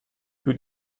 più